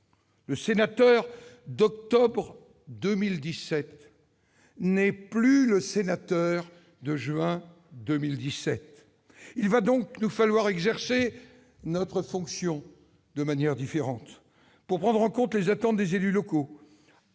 le sénateur d'octobre 2017 n'est plus le sénateur de juin 2017. Il va donc nous falloir exercer notre fonction de manière différente, pour prendre en compte les attentes des élus locaux